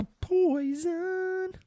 Poison